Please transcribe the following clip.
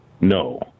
No